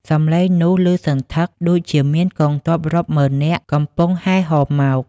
សម្លេងនោះឮសន្ធឹកដូចជាមានកងទ័ពរាប់ម៉ឺននាក់កំពុងហែហមមក។